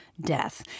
death